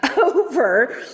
over